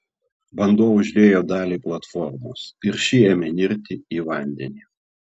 vanduo užliejo dalį platformos ir ši ėmė nirti į vandenį